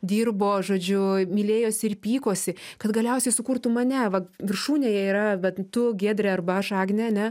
dirbo žodžiu mylėjosi ir pykosi kad galiausiai sukurtų mane va viršūnėje yra vat tu giedre arba aš agnėane